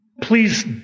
Please